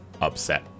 upset